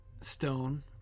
stone